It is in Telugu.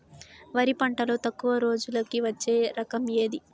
వరి పంటలో తక్కువ రోజులకి వచ్చే రకం ఏది?